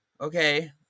okay